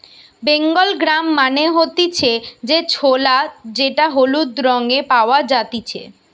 Bengal gram মানে হতিছে যে ছোলা যেটা হলুদ রঙে পাওয়া জাতিছে